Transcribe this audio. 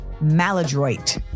maladroit